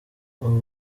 abo